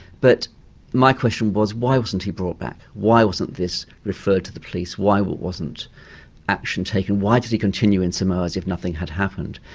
but my question was, why wasn't he brought back? why wasn't this referred to the police? why why wasn't action taken? why did he continue in samoa as if nothing had happened?